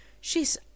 She's